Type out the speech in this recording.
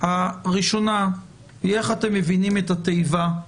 הראשונה היא איך אתם מבינים את התיבה,